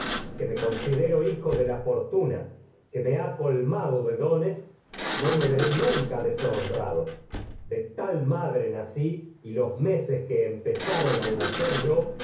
que considero hijo de la fortuna que me ha colmaedp he y do do dones y no me veré nunca deshonrado de tal que ma dre los nací que los meses empezaron al nacer yo